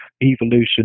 evolution